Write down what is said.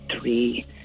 three